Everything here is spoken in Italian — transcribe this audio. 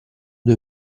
due